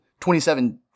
27